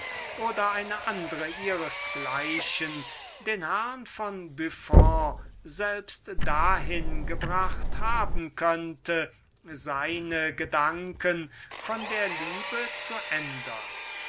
oder eine andre ihres gleichen den herrn von büffon selbst dahin gebracht hätte seine gedanken von der liebe zu ändern